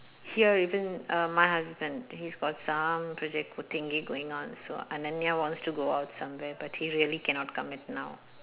here even uh my husband he's got some project thingy going on so ananya wants to go out somewhere but he really cannot commit now